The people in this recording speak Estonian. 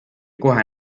kohe